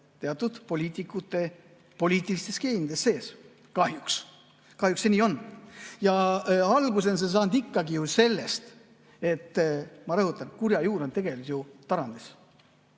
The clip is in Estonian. teatud poliitikute poliitiliste skeemide sees. Kahjuks see nii on. Alguse on see saanud ikkagi sellest: ma rõhutan, et kurja juur on tegelikult ju Tarand.